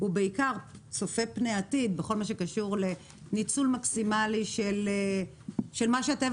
והוא בעיקר צופה פני עתיד בכל מה שקשור לניצול מקסימלי של מה שהטבע